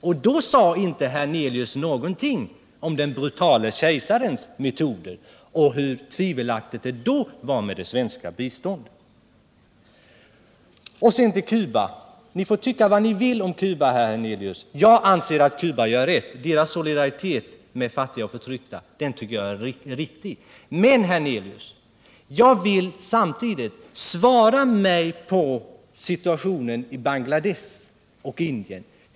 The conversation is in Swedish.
Och då sade inte Allan Hernelius någonting om den brutale kejsarens metoder och hur tvivelaktigt det då var med det svenska biståndet. Sedan till Cuba: Ni får tycka vad ni vill om Cuba, herr Hernelius. Jag anser att Cuba gör rätt — deras solidaritet med fattiga och förtryckta tycker jag är riktig. Men ge mig svar beträffande situationen i Bangladesh och Indien!